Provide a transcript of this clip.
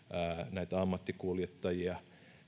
näitä ammattikuljettajia